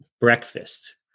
breakfast